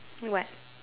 what